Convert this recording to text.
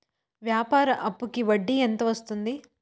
వ్యాపార అప్పుకి వడ్డీ ఎంత వస్తుంది?